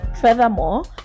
Furthermore